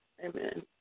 Amen